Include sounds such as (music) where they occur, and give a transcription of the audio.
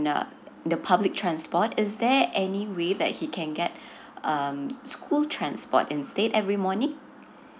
the public transport is there any way that he can get (breath) um school transport instead every morning